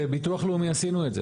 בביטוח לאומי עשינו את זה.